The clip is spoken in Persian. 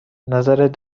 نظرت